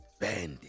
bandit